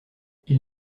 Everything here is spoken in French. ils